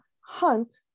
hunt